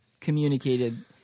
communicated